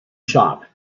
shop